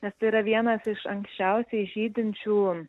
nes tai yra vienas iš anksčiausiai žydinčių